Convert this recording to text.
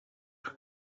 prof